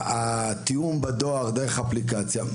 התיאום בדואר דרך אפליקציה.